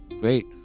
great